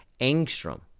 angstrom